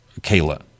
Kayla